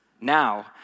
Now